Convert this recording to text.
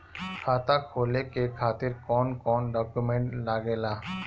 खाता खोले के खातिर कौन कौन डॉक्यूमेंट लागेला?